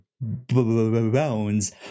bones